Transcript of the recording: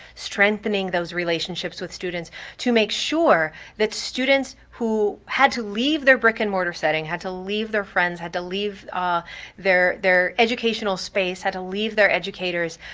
strengthening those relationships with students to make sure that students who had to leave their brick and mortar setting, had to leave their friends, had to leave ah their their educational space, had to leave their educators,